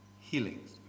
healings